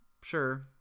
Sure